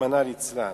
רחמנא ליצלן,